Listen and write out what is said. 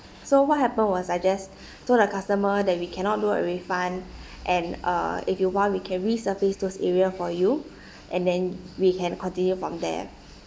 so what happened was I just told the customer that we cannot do a refund and uh if you want we can resurface those area for you and then we can continue from there